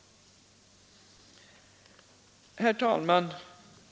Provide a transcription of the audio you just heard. Herr talman!